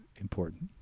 important